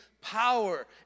power